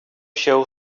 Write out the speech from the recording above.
się